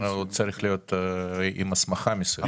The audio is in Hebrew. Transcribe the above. כן, הוא צריך להיות עם הסמכה מסוימת.